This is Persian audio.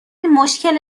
مشکل